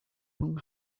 one